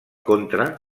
contra